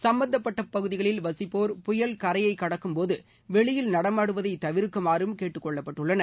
சும்பந்தப்பட்ட பகுதிகளில் வசிப்போர் புயல் கரையை கடைக்கும்போது வெளியில் நடமாடுவதை தவிர்க்குமாறும் கேட்டுக் கொள்ளப்பட்டுள்ளனர்